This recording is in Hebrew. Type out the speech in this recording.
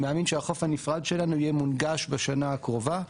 אני מאמין שהחוף הנפרד יהיה מונגש בשנה הקרובה.